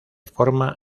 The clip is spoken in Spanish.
forma